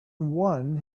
one